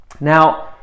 Now